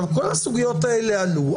כל הסוגיות האלה עלו.